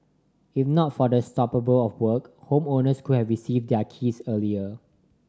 if not for the stoppable of work homeowners could have received their keys earlier